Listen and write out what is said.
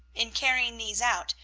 in carrying these out,